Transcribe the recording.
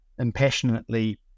impassionately